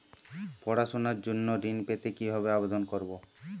পড়াশুনা জন্য ঋণ পেতে কিভাবে আবেদন করব?